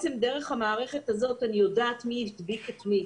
דרך המערכת הזאת אני יודעת מי הדביק את מי.